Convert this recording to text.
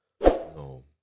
No